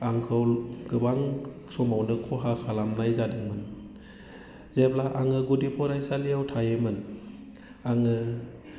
आंखौ गोबां समावनो खहा खालामनाय जादोंमोन जेब्ला आङो गुदि फरायसालियाव थायोमोन आङो